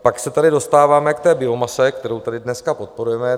Pak se tady dostáváme k biomase, kterou tady dneska podporujeme.